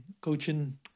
coaching